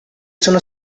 sono